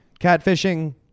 Catfishing